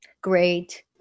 Great